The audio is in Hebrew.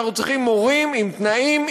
אנחנו צריכים מורים עם תנאים,